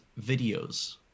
videos